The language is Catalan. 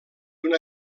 una